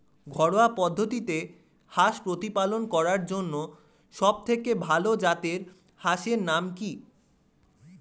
ঘরোয়া পদ্ধতিতে হাঁস প্রতিপালন করার জন্য সবথেকে ভাল জাতের হাঁসের নাম কি?